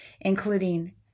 including